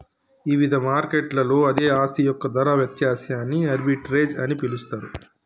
ఇవిధ మార్కెట్లలో అదే ఆస్తి యొక్క ధర వ్యత్యాసాన్ని ఆర్బిట్రేజ్ అని పిలుస్తరు